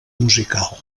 musical